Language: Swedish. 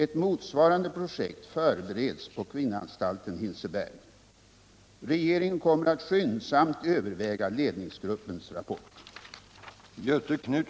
Ett motsvarande projekt förbereds på kvinnoanstalten Hinseberg. Regeringen kommer att skyndsamt överväga ledningsgruppens rapport.